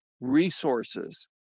resources